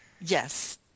yes